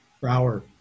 Brower